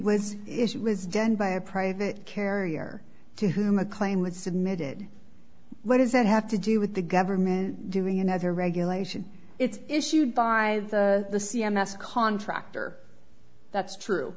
was it was done by a private carrier to whom the claim was submitted what does that have to do with the government doing another regulation it's issued by the c m s contractor that's true